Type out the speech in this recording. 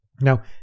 Now